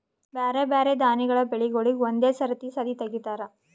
ಬ್ಯಾರೆ ಬ್ಯಾರೆ ದಾನಿಗಳ ಬೆಳಿಗೂಳಿಗ್ ಒಂದೇ ಸರತಿ ಸದೀ ತೆಗಿತಾರ